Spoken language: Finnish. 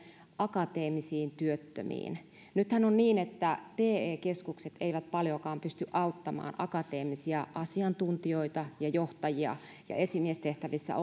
akateemisiin työttömiin nythän on niin että te keskukset eivät paljoakaan pysty auttamaan akateemisia asiantuntijoita ja johtajia ja esimiestehtävissä